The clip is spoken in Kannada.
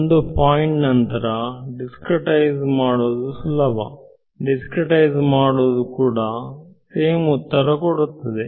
ಒಂದು ಪಾಯಿಂಟ್ ನಂತರ ದಿಸ್ಕ್ರೀಟ್ಐಸಿ ಮಾಡುವುದು ಕೂಡ ಸೇಮ್ ಉತ್ತರ ಕೊಡುತ್ತದೆ